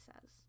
says